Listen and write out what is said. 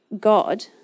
God